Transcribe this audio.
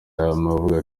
avuga